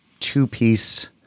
two-piece